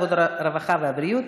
לא, כאן, ועדת העבודה והבריאות?